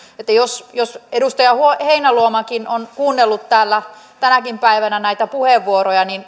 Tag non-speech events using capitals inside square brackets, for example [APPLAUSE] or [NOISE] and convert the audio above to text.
jos jos edustaja heinäluomakin on kuunnellut täällä tänäkin päivänä näitä puheenvuoroja niin [UNINTELLIGIBLE]